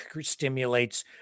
stimulates